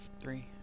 Three